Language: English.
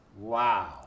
Wow